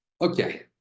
okay